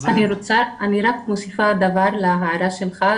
אני רק מוסיפה להערה שלך,